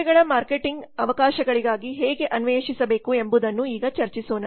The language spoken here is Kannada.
ಸೇವೆಗಳ ಮಾರ್ಕೆಟಿಂಗ್ ಅವಕಾಶಗಳಿಗಾಗಿ ಹೇಗೆ ಅನ್ವೇಷಿಸಬೇಕು ಎಂಬುದನ್ನು ಈಗ ಚರ್ಚಿಸೋಣ